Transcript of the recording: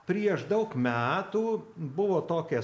prieš daug metų buvo tokie